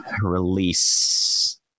release